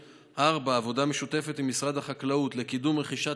4. עבודה משותפת עם משרד החקלאות לקידום רכישת